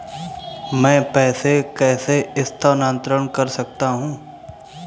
मैं पैसे कैसे स्थानांतरण कर सकता हूँ?